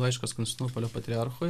laiškas konstantinopolio patriarchui